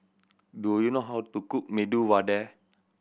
do you know how to cook Medu Vada